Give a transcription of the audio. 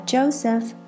Joseph